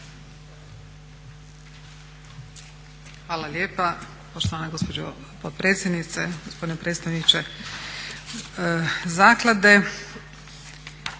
Hvala lijepa poštovana gospođo potpredsjednice. Gospodine predstavniče zaklade.